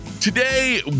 Today